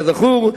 כזכור,